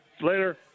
Later